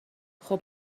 خوب